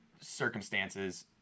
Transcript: circumstances